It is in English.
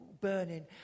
burning